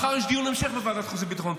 מחר יש דיון המשך בוועדת חוץ וביטחון.